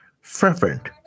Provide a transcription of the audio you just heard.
fervent